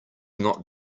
not